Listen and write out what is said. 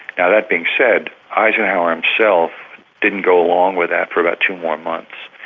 now that being said, eisenhower himself didn't go along with that for about two more months.